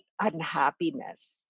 unhappiness